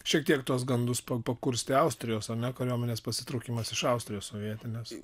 šiek tiek tuos gandus pakurstė austrijos ar ne kariuomenės pasitraukimas iš austrijos sovietinės